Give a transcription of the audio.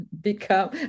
become